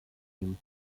him